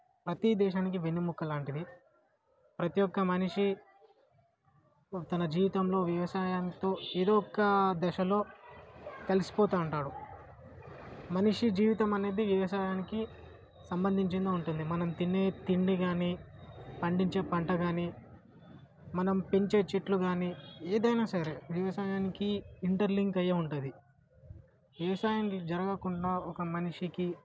ప్రతి దేశానికి వెన్నముక లాంటిది ప్రతి ఒక మనిషి తన జీవితంలో వ్యవసాయంతో ఏదో ఒక దశలో కలిసి పోతు ఉంటారు మనిషి జీవితం అనేది వ్యవసాయానికి సంబంధించిందిగా ఉంటుంది మనం తినే తిండి కానీ పండించే పంట కానీ మనం పెంచే చెట్లు కానీ ఏదైన్నా సరే వ్యవసాయానికి ఇంటర్లింక్ అయ్యే ఉంటుంది వ్యవసాయం జరగకుండా ఒక మనిషికి